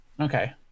okay